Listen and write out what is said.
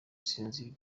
sinzi